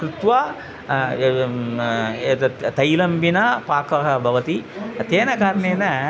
कृत्वा एवम् एतद् तैलं विना पाकः भवति तेन कारणेन